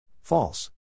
False